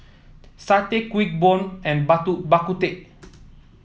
Satay Kuih Bom and Bak Bak Kut Teh